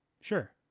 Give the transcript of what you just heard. Sure